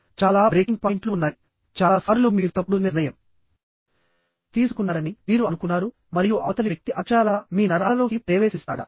చాలా బ్రేకింగ్ పాయింట్లు ఉన్నాయి చాలా సార్లు మీరు తప్పుడు నిర్ణయం తీసుకున్నారని మీరు అనుకున్నారు మరియు అవతలి వ్యక్తి అక్షరాలా మీ నరాలలోకి ప్రేవేశిస్తాడ